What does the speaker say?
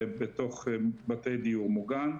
ובתוך בתי דיור מוגן.